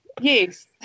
Yes